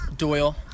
Doyle